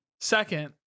Second